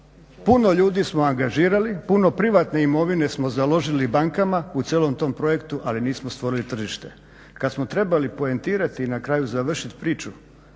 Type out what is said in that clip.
puno ljudi smo angažirali, puno privatne imovine smo založili bankama u cijelom tom projektu ali nismo stvorili tržište. kad smo trebali poentirati i na kraju završiti priču